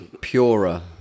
purer